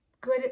good